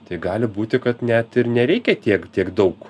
tai gali būti kad net ir nereikia tiek tiek daug